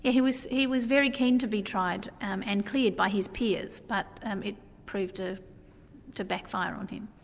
yeah he was he was very keen to be tried um and cleared by his peers, but um it proved to to backfire on him.